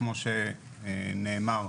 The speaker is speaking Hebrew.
כמו שנאמר,